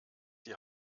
die